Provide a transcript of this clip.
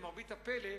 למרבית הפלא,